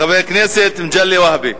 חבר הכנסת מגלי והבה,